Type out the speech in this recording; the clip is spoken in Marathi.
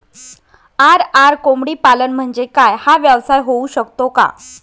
आर.आर कोंबडीपालन म्हणजे काय? हा व्यवसाय होऊ शकतो का?